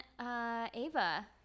ava